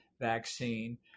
vaccine